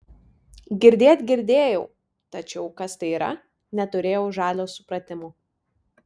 girdėt girdėjau tačiau kas tai yra neturėjau žalio supratimo